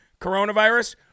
coronavirus